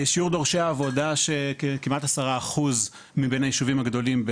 שיעור דורשי העבודה כמעט 10%. מבין היישובים הגדולים,